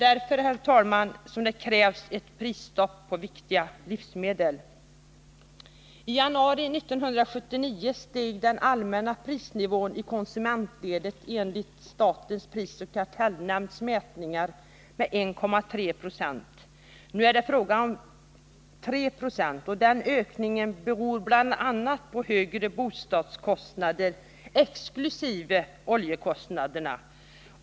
Därför, herr talman, krävs ett prisstopp på viktiga livsmedel. prisoch kartellnämnds mätningar med 1,3 26. Nu är det fråga om 3 90, och den ökningen beror bl.a. på högre bostadskostnader, exkl. oljekostnader.